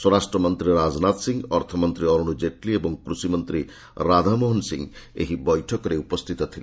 ସ୍ୱରାଷ୍ଟ୍ରମନ୍ତ୍ରୀ ରାଜନାଥ ସିଂ ଅର୍ଥମନ୍ତ୍ରୀ ଅରୁଣ ଜେଟ୍ଲୀ ଓ କୃଷି ମନ୍ତ୍ରୀ ରାଧାମୋହନ ସିଂ ଏହି ବୈଠକରେ ଉପସ୍ଥିତ ଥିଲେ